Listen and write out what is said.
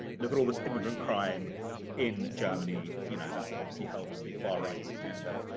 look at all this immigrant crime in germany. you know that obviously helps the far right's agenda.